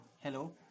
Hello